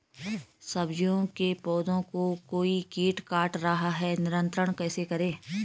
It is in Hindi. सब्जियों के पौधें को कोई कीट काट रहा है नियंत्रण कैसे करें?